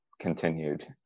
Continued